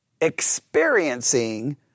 Experiencing